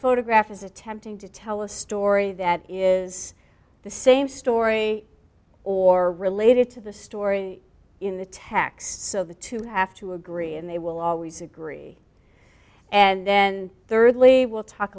photograph is attempting to tell a story that is the same story or related to the story in the text so the two have to agree and they will always agree and then thirdly will talk